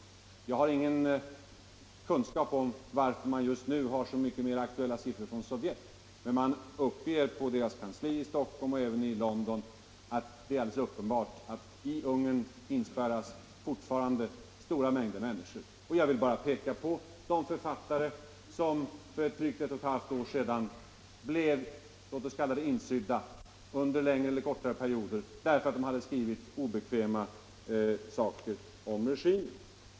Jag har ingen kunskap om varför det just nu finns så mycket aktuella siffror från Sovjet, men man uppger på Amnesty Internationals kansli i Stockholm — även i London -— att det är alldeles uppenbart att stora mängder människor fortfarande inspärras i Ungern. Jag vill bara peka på de författare som för drygt ett och ett halvt år sedan blev — låt oss kalla det insydda — under längre eller kortare perioder för att de hade skrivit obekväma sanningar om regimen.